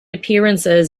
appearances